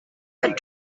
are